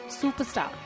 superstar